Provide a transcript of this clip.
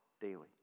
daily